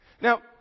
Now